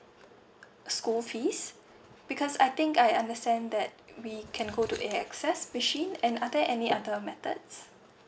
school fees because I think I understand that we can go to A_X_S machine and are there any other methods